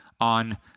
on